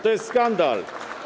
To jest skandal.